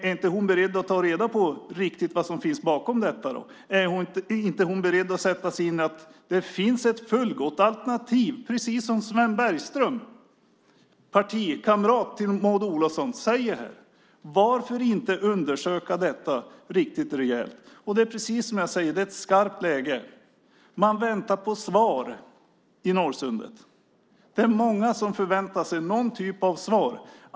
Är hon inte beredd att ta reda på riktigt vad som finns bakom detta? Är hon inte beredd att sätta sig in i att det finns ett fullgott alternativ, precis som Sven Bergström, partikamrat till Maud Olofsson, säger här? Varför inte undersöka detta riktigt rejält? Det är precis som jag säger. Det är ett skarpt läge. Man väntar på svar i Norrsundet. Det är många som förväntar sig någon typ av svar.